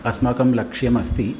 अस्माकं लक्ष्यमस्ति